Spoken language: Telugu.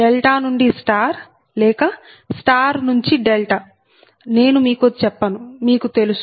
డెల్టా నుండి స్టార్ లేక స్టార్ నుండి డెల్టా నేను చెప్పను మీకు తెలుసు